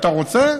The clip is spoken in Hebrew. אתה רוצה?